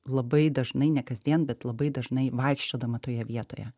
labai dažnai ne kasdien bet labai dažnai vaikščiodama toje vietoje